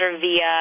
via